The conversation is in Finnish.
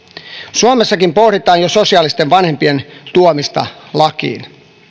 suomessakin pohditaan jo sosiaalisten vanhempien tuomista lakiin